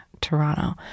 Toronto